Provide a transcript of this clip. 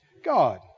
God